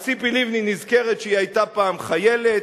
אז ציפי לבני נזכרת שהיא היתה פעם חיילת,